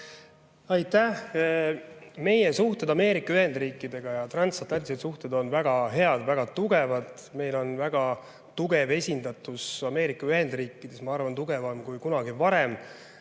Aitäh! Meie suhted Ameerika Ühendriikidega ja transatlantilised suhted on väga head, väga tugevad. Meil on väga tugev esindatus Ameerika Ühendriikides. Ma arvan, et see on tugevam kui kunagi varem